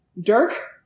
Dirk